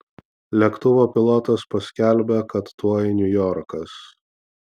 lėktuvo pilotas paskelbia kad tuoj niujorkas